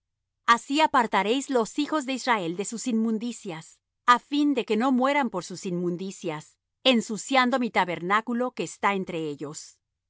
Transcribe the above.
así apartaréis los hijos de israel de sus inmundicias á fin de que no mueran por sus inmundicias ensuciando mi tabernáculo que está entre ellos